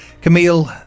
Camille